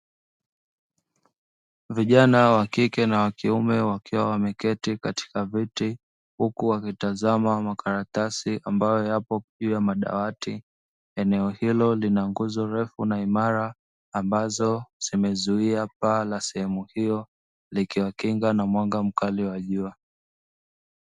Vijana wa kike na wa kiume wakiwa wameketi katika miti, huku wakitazama makaratasi ambayo yapo juu ya madawati. Eneo hilo lina nguzo refu na imara ambazo zimezuia paa la sehemu hiyo likiwakinga na mwanga mkali wa jua.